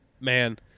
Man